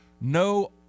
No